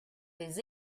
des